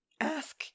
ask